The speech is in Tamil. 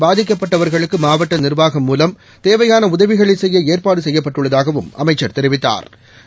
பாதிக்கப்பட்டவர்களுக்கு மாவட்ட நிர்வாகம் மூலம் தேவையான உதவிகளை செய்ய ஏற்பாடு செய்யப்பட்டுள்ளதாகவும் அமைச்சர் தெரிவித்தாா்